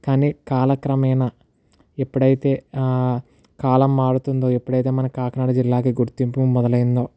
కానీ కాలక్రమైన ఎప్పుడైతే కాలం మారుతుందో ఎప్పుడైతే మన కాకినాడ జిల్లాకే గుర్తింపు మొదలైందో